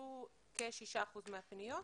הוגשו כשישה אחוזים מהפניות.